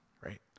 right